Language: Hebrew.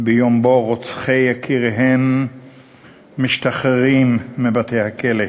ביום שבו רוצחי יקיריהן משתחררים מבתי-הכלא.